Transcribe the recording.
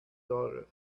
daughter